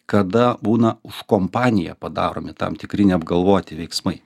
kada būna už kompaniją padaromi tam tikri neapgalvoti veiksmai